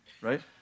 Right